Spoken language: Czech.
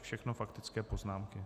Všechno faktické poznámky.